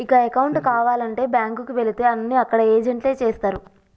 ఇక అకౌంటు కావాలంటే బ్యాంకుకి వెళితే అన్నీ అక్కడ ఏజెంట్లే చేస్తరు